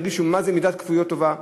הרגשנו על בשרנו מה זה מידת כפיות טובה.